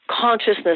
consciousness